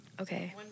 Okay